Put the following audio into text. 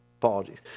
Apologies